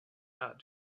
out